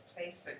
Facebook